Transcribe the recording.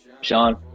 Sean